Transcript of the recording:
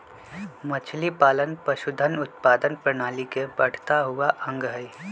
मछलीपालन पशुधन उत्पादन प्रणाली के बढ़ता हुआ अंग हई